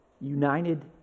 united